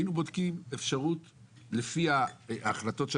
היינו בודקים אפשרות לפי ההחלטות של